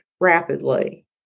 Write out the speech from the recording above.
rapidly